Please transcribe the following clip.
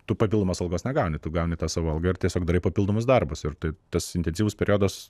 tu papildomos algos negauni tu gauni tą savo algą ir tiesiog darai papildomus darbus ir tai tas intensyvus periodas